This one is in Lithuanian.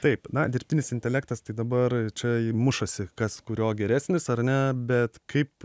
taip na dirbtinis intelektas tai dabar čia mušasi kas kurio geresnis ar ne bet kaip